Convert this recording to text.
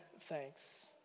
thanks